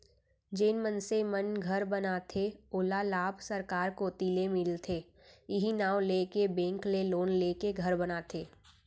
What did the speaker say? जेन मनसे मन घर बनाथे ओला लाभ सरकार कोती ले मिलथे इहीं नांव लेके बेंक ले लोन लेके घर बनाथे